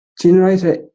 Generator